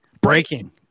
breaking